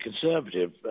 conservative